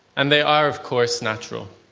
and they are of course natural.